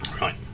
Right